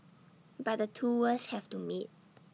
but the two worlds have to meet